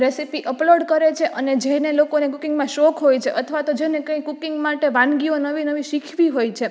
recipe upload કરે છે અને જેને લોકોને કૂકિંગમાં શોખ હોય છે અથવા તો જેને કંઈ કૂકિંગ માટે વાનગીઓ નવી નવી શીખવી હોય છે